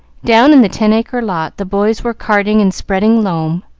down in the ten-acre lot the boys were carting and spreading loam